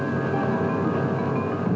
no